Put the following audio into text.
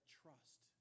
trust